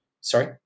Sorry